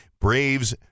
Braves